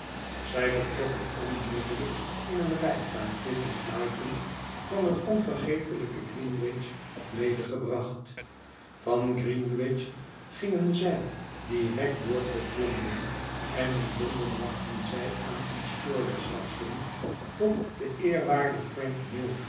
zij vertrokken onmiddellijk m een rijtuigje dat lightwood van het onvergetelijke greenwich had medegebracht van greenwich gingen zij direct door tot londen en in londen wachtten zij aan een spoorwegstation totdat de eerwaarde frank